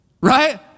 Right